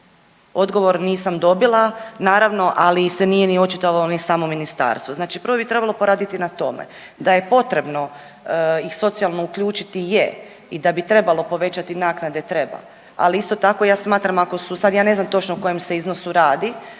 Odgovor nisam dobila naravno, ali se nije ni očitovalo ni samo ministarstvo. Znači prvo bi trebalo poraditi na tome. Da je potrebno ih socijalno uključiti je i da bi trebalo povećati naknade treba, ali isto tako ja smatram ako su sad ja ne znam točno o kojem se iznosu radi,